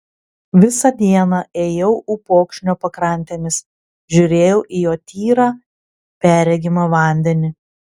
visą dieną ėjau upokšnio pakrantėmis žiūrėjau į jo tyrą perregimą vandenį